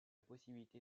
possibilité